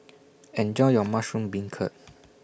Enjoy your Mushroom Beancurd